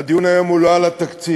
הדיון היום הוא לא על התקציב.